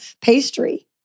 pastry